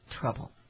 Trouble